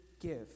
give